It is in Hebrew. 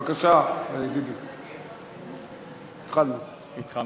בבקשה, התחלנו.